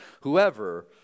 whoever